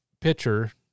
pitcher